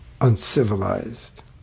uncivilized